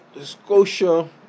Scotia